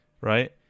right